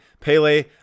Pele